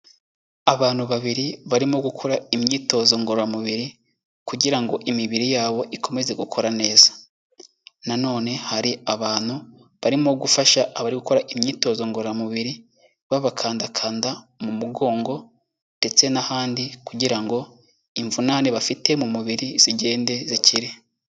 Abantu babiri barimo gukora imyitozo ngororamubiri kugira ngo imibiri yabo ikomeze gukora neza, nanone hari abantu barimo gufasha abari gukora imyitozo ngororamubiri babakandakanda mu mugongo ndetse n'ahandi, kugira ngo imvunane bafite mu mubiri zigende zikire.